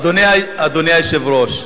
אדוני היושב-ראש,